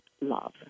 love